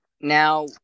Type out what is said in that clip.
Now